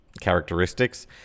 characteristics